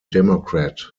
democrat